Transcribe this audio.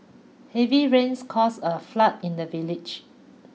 heavy rains caused a flood in the village